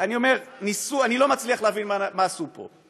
אני לא מצליח להבין מה עשו פה.